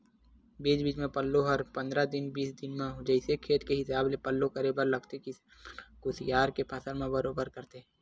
बीच बीच म पल्लो हर पंद्रह दिन बीस दिन म जइसे खेत के हिसाब ले पल्लो करे बर लगथे किसान मन ह कुसियार के फसल म बरोबर करथे